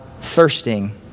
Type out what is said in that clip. thirsting